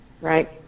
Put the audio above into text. right